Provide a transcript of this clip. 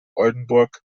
oldenburg